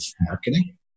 marketing